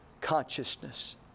consciousness